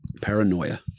Paranoia